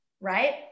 right